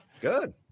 Good